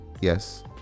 Yes